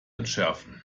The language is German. entschärfen